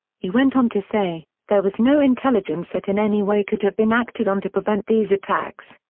he went on to say there was no intelligence that in any way could have been acted on to prevent these attacks.